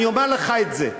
אני אומר לך את זה.